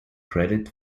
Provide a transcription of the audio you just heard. credit